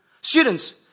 Students